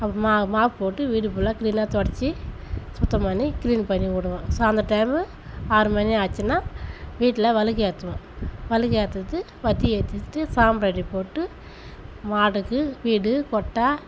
அப்புறமா மாப் போட்டு வீடு புல்லாக க்ளீனாக துடச்சி சுத்தம் பண்ணி க்ளீன் பண்ணி விடுவோம் சாயந்தர டைமு ஆறு மணி ஆச்சுன்னா வீட்டில் விளக்கு ஏற்றுவேன் விளக்கு ஏற்றுறது பத்தி ஏற்றிட்டு சாம்பிராணி போட்டு மாடுக்கு வீடு கொட்டாய்